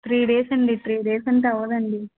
three days అండి three days అంటే అవదండి